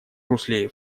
русле